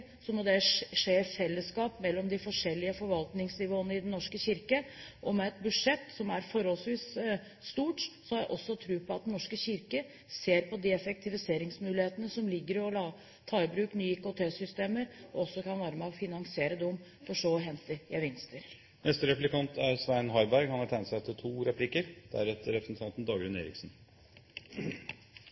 må det skje i fellesskap mellom de forskjellige forvaltningsnivåene i Den norske kirke. Med et budsjett som er forholdsvis stort, har jeg også tro på at Den norske kirke ser på de effektiviseringsmulighetene som ligger i å ta i bruk nye IKT-systemer, og også kan være med og finansiere dem, for så å hente ut gevinster.